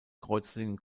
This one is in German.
kreuzlingen